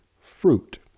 fruit